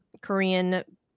Korean